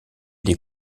des